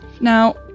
Now